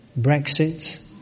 Brexit